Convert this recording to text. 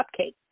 cupcake